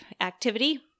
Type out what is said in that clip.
activity